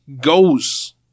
goes